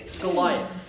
Goliath